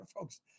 folks